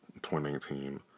2019